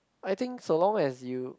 I think so long as you